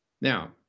Now